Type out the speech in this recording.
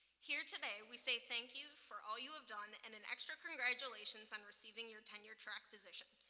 here today, we say thank you for all you have done, and an extra congratulations on receiving your ten year track position.